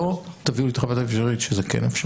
לא תביאו לי את חוות הדעת בשביל להגיד שזה כן אפשרי.